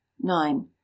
Nine